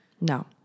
No